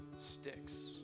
sticks